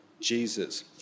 Jesus